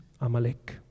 Amalek